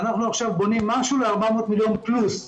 אנחנו עכשיו בונים משהו ל- 400 מיליון פלוס.